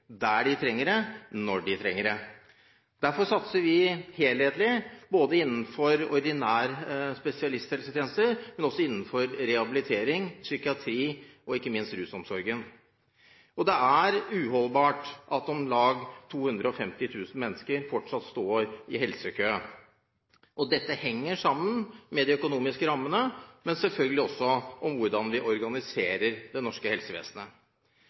der de trenger det, når de trenger det. Derfor satser vi helhetlig både innenfor ordinære spesialisthelsetjenester, og også innenfor rehabilitering, psykiatri og ikke minst innenfor rusomsorgen. Det er uholdbart at om lag 250 000 mennesker fortsatt står i helsekø. Dette henger sammen med de økonomiske rammene, men selvfølgelig også med hvordan vi organiserer det norske helsevesenet.